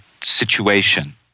situation